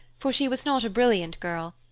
for she was not a brilliant girl,